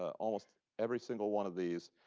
almost every single one of these,